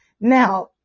Now